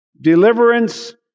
Deliverance